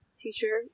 teacher